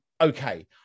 okay